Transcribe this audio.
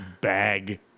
bag